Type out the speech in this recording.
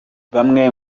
bamwe